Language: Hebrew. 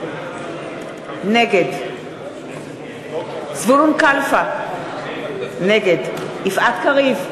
נגד זבולון קלפה, נגד יפעת קריב,